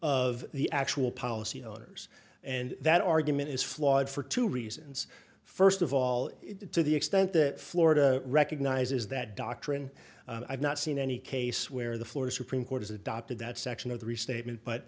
of the actual policy owners and that argument is flawed for two reasons first of all to the extent that florida recognizes that doctrine i've not seen any case where the florida supreme court has adopted that section of the restatement